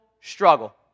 struggle